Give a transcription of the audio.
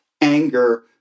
anger